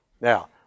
Now